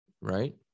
right